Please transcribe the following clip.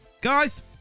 guys